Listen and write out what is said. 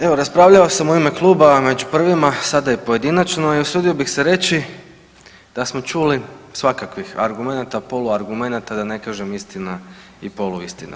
Evo raspravljao sam u ime kluba među prvima, sada i pojedinačno i usudio bih se reći da smo čuli svakakvih argumenata, poluargumenata da ne kažem istina i poluistina.